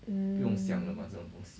mm